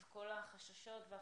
יש להם את כל החששות והחרדות